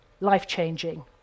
life-changing